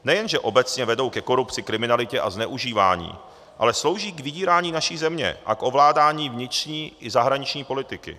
Nejenže obecně vedou ke korupci, kriminalitě a zneužívání, ale slouží k vydírání naší země a k ovládání vnitřní i zahraniční politiky.